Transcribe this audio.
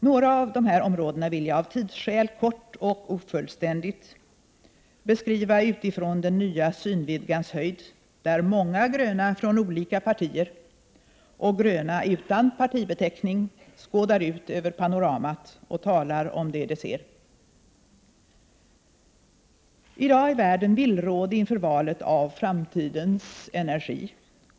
Några av dessa områden vill jag — av tidsskäl kort och ofullständigt — beskriva utifrån den nya synvidgans höjd, där många gröna från olika partier och gröna utan partibeteckning skådar ut över panoramat och talar om det de ser. I dag är världen villrådig inför valet av framtidens energi.